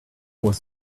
was